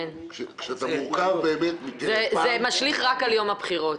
זה משליך רק על יום הבחירות.